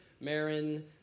Marin